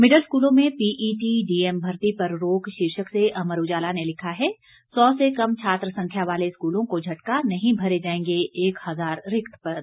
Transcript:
middle स्कूलों में PET DM भर्ती पर रोक शीर्षक से अमर उजाला ने लिखा है सौ से कम छात्र संख्या वाले स्कूलों को झटका नहीं भरे जाएंगे एक हजार रिक्त पद